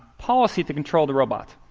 policy to control the robot.